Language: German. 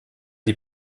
die